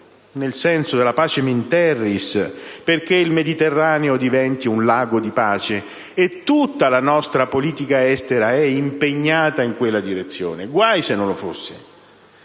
nel senso della «*Pacem in terris*» perché il Mediterraneo diventi un lago di pace, e tutta la nostra politica estera è impegnata in quella direzione. Guai se non lo fosse.